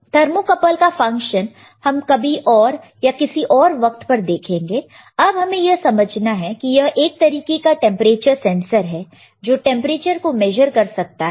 thermocouple का function हम कभी और या किसी और वक्त पर देखेंगे अब हमें यह समझना है कि यह एक तरीके का टेंपरेचर सेंसर है जो टेंपरेचर को मेजर कर सकता है